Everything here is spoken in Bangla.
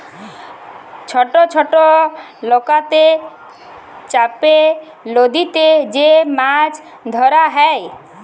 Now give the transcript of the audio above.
ছট ছট লকাতে চাপে লদীতে যে মাছ ধরা হ্যয়